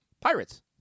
Pirates